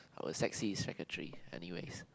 our sexy secretary anyways